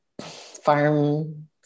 farm